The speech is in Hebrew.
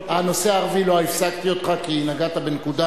הנושא הערבי, לא הפסקתי אותך, כי נגעת בנקודה